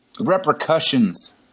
repercussions